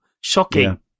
shocking